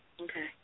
Okay